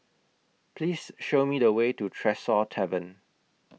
Please Show Me The Way to Tresor Tavern